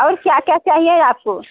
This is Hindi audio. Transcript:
और क्या क्या चाहिए आपको